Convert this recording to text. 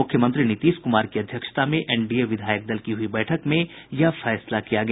मुख्यमंत्री नीतीश कुमार की अध्यक्षता में एनडीए विधायक दल हुई बैठक में यह फैसला किया गया